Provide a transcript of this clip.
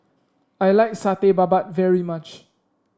I like Satay Babat very much